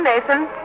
Nathan